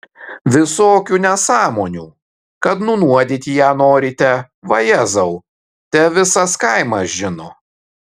visokių nesąmonių kad nunuodyti ją norite vajezau te visas kaimas žino